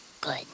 good